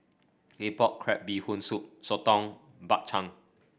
Claypot Crab Bee Hoon Soup soto Bak Chang